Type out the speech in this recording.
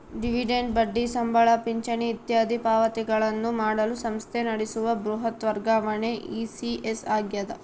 dividend ಬಡ್ಡಿ ಸಂಬಳ ಪಿಂಚಣಿ ಇತ್ಯಾದಿ ಪಾವತಿಗಳನ್ನು ಮಾಡಲು ಸಂಸ್ಥೆ ನಡೆಸುವ ಬೃಹತ್ ವರ್ಗಾವಣೆ ಇ.ಸಿ.ಎಸ್ ಆಗ್ಯದ